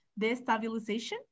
Destabilization